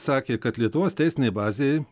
sakė kad lietuvos teisinėj bazėj